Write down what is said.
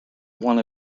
one